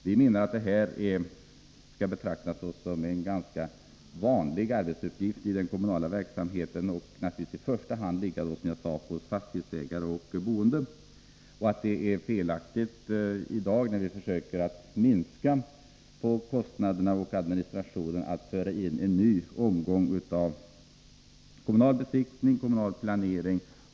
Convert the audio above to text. Vi menar att bostadsförsörjningen skall betraktas såsom en reguljär arbetsuppgift i den kommunala verksamheten och naturligtvis i första hand, som jag sade, skall ligga hos fastighetsägare och boende. Det är felaktigt att i dag, när vi försöker minska på kostnaderna och administrationen, föra in en ny omgång av kommunal besiktning och kommunal planering.